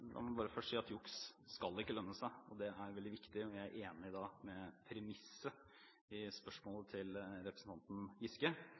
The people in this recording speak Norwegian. La meg bare først si at juks ikke skal lønne seg – det er veldig viktig. Jeg er enig i premisset i spørsmålet til representanten Giske.